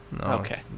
Okay